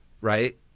Right